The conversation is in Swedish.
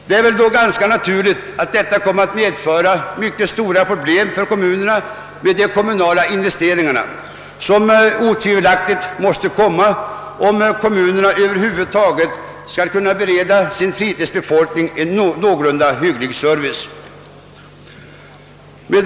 Det är ganska naturligt att detta kommer att medföra mycket stora växande problem för dessa kommuner, med de kommunala investeringar som otvivelaktigt måste göras om kommunerna över huvud taget skall kunna bereda sin = fritidsbefolkning en någorlunda hygglig service.